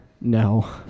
No